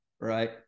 right